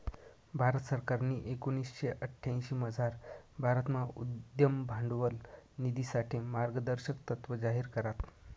भारत सरकारनी एकोणीशे अठ्यांशीमझार भारतमा उद्यम भांडवल निधीसाठे मार्गदर्शक तत्त्व जाहीर करात